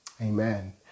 Amen